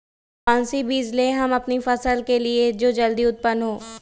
कौन सी बीज ले हम अपनी फसल के लिए जो जल्दी उत्पन हो?